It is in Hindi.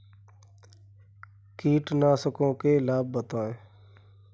कीटनाशकों के लाभ बताएँ?